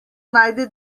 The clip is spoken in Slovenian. najde